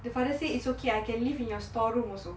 the father say it's okay I can live in your store room also